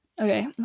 Okay